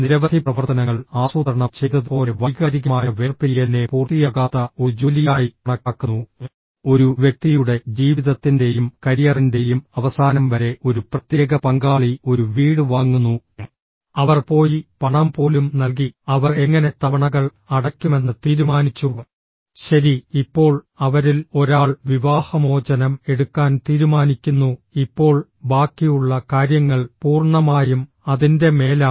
നിരവധി പ്രവർത്തനങ്ങൾ ആസൂത്രണം ചെയ്തതുപോലെ വൈകാരികമായ വേർപിരിയലിനെ പൂർത്തിയാകാത്ത ഒരു ജോലിയായി കണക്കാക്കുന്നു ഒരു വ്യക്തിയുടെ ജീവിതത്തിന്റെയും കരിയറിന്റെയും അവസാനം വരെ ഒരു പ്രത്യേക പങ്കാളി ഒരു വീട് വാങ്ങുന്നു അവർ പോയി പണം പോലും നൽകി അവർ എങ്ങനെ തവണകൾ അടയ്ക്കുമെന്ന് തീരുമാനിച്ചു ശരി ഇപ്പോൾ അവരിൽ ഒരാൾ വിവാഹമോചനം എടുക്കാൻ തീരുമാനിക്കുന്നു ഇപ്പോൾ ബാക്കിയുള്ള കാര്യങ്ങൾ പൂർണ്ണമായും അതിൻ്റെ മേലാണ്